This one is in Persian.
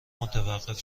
متوقف